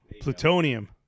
plutonium